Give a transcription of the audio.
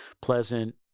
pleasant